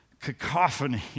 cacophony